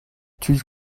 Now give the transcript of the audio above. tud